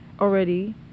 already